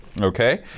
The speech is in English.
okay